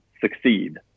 succeed